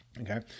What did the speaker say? okay